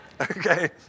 Okay